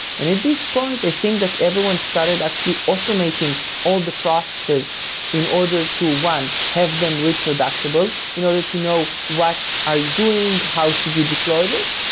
and at this point i think that everyone started actually automating all the processes in order to, one, have them reproductible in order to know what are you doing, how should you deploy this.